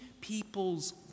people's